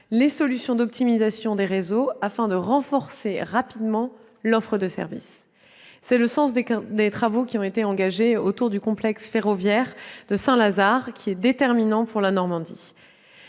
les solutions d'optimisation des réseaux afin de renforcer rapidement l'offre de service. C'est le sens des travaux engagés autour du complexe ferroviaire de Saint-Lazare, qui est déterminant pour la Normandie.